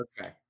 Okay